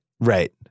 Right